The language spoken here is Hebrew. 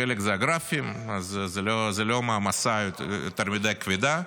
חלק זה הגרפים, אז זאת לא מעמסה יותר מדיי כבדה.